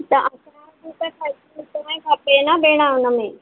खपे न भेण हुन में